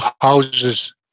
houses